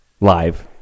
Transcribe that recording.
live